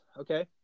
okay